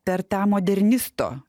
per tą modernisto